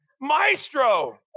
Maestro